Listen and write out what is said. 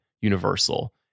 Universal